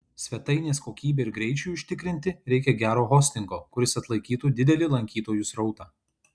svetainės kokybei ir greičiui užtikrinti reikia gero hostingo kuris atlaikytų didelį lankytojų srautą